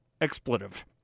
expletive